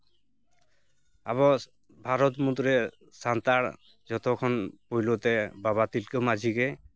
ᱟᱵᱚ ᱵᱷᱟᱨᱚᱛ ᱢᱩᱫᱽᱨᱮ ᱥᱟᱱᱛᱟᱲ ᱡᱚᱛᱚ ᱠᱷᱚᱱ ᱯᱩᱭᱞᱩᱛᱮ ᱵᱟᱵᱟ ᱛᱤᱞᱠᱟᱹ ᱢᱟᱡᱷᱤ ᱜᱮ